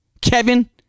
Kevin